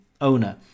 owner